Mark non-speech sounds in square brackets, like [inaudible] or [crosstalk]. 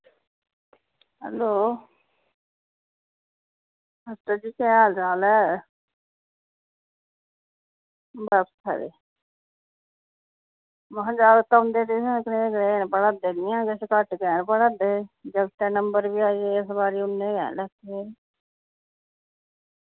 hello master ji केह् हाल चाल ऐ बस खरे महां जागत औंदे ते एह् [unintelligible] घट्ट गै पढ़ा दे जागतै नंबर बी इस बारी उन्ने गै न